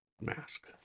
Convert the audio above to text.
mask